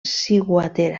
ciguatera